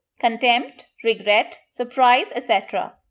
contempt, regret, surprise etc.